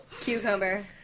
cucumber